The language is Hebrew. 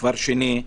דבר שני,